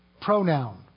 pronoun